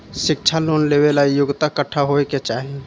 शिक्षा लोन लेवेला योग्यता कट्ठा होए के चाहीं?